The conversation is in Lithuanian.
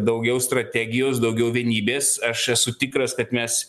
daugiau strategijos daugiau vienybės aš esu tikras kad mes